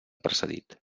precedit